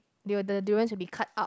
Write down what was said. there were the durians to be cut out